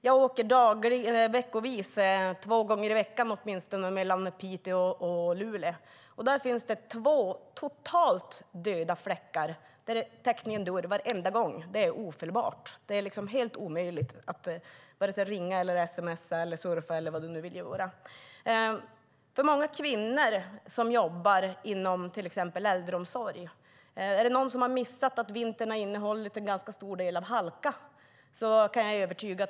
Jag åker två gånger i veckan mellan Piteå och Luleå. Där finns det två totalt döda fläckar där täckningen försvinner ofelbart varje gång. Det är helt omöjligt att vare sig ringa, sms:a eller surfa på dessa döda fläckar. Det är många kvinnor som arbetar inom äldreomsorgen. Är det någon som har missat att vintern har inneburit en stor del av halka?